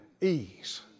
ease